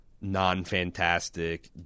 non-fantastic